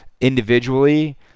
individually